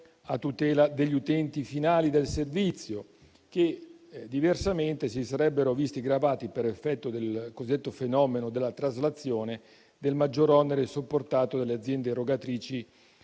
a tutela degli utenti finali del servizio, che diversamente si sarebbero visti gravati, per effetto del cosiddetto fenomeno della traslazione, del maggior onere sopportato dalle aziende erogatrici,